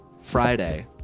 Friday